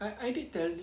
like I did tell